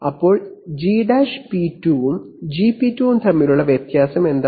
അപ്പോൾ Gp2 ഉം Gp2 ഉം തമ്മിലുള്ള വ്യത്യാസം എന്താണ്